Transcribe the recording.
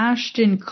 Ashton